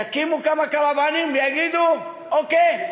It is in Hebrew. יקימו כמה קרוונים ויגידו: אוקיי,